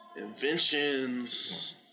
Inventions